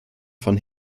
von